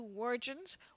Virgins